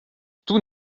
tout